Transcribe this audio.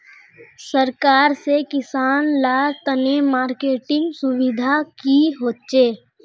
सरकार से किसान लार तने मार्केटिंग सुविधा की होचे?